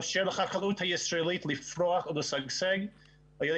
לאפשר מיד לחקלאות הישראלית לפרוח ולשגשג על-ידי